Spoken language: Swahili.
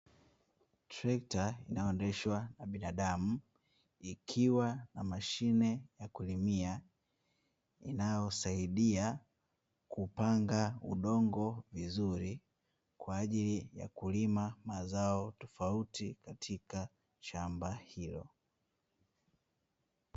Trekta inayoendeshwa na binadamu, ikiwa na mashine ya kulimia. Inayosaidia kupanga udongo vizuri kwa ajili ya kulima mazao tofauti katika shamba hilo.